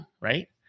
right